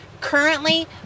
currently